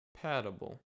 compatible